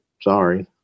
sorry